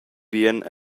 bien